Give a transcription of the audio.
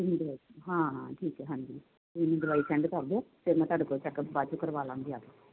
ਹਾਂ ਹਾਂ ਠੀਕ ਹੈ ਹਾਂਜੀ ਅਤੇ ਮੈਨੂੰ ਦਵਾਈ ਸੈਂਡ ਕਰ ਦਿਓ ਫਿਰ ਮੈਂ ਤੁਹਾਡੇ ਕੋਲੋਂ ਚੈੱਕਅੱਪ ਬਾਅਦ 'ਚ ਕਰਵਾ ਲਾਂਗੀ ਆ ਕੇ